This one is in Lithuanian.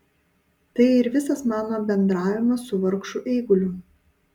tai ir visas mano bendravimas su vargšu eiguliu